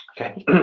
Okay